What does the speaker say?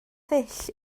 ddull